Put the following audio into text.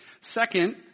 Second